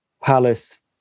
Palace